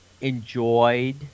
enjoyed